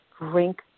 Drink